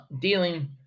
dealing